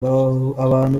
abantu